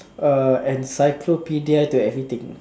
uh encyclopedia to everything